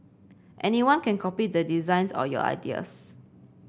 anyone can copy the designs or your ideas